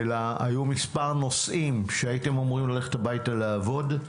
היו מספר נושאים שהיו אמורים ללכת הביתה, לעבוד,